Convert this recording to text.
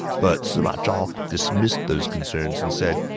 but sima zhao dismissed those concerns and said,